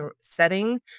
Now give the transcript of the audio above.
setting